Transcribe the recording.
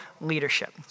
leadership